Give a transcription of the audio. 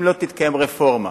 אם לא תתקיים רפורמה,